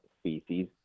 species